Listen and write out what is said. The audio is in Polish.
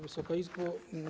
Wysoka Izbo!